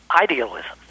idealism